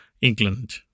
England